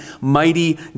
mighty